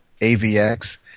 AVX